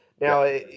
Now